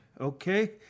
Okay